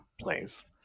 Please